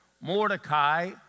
Mordecai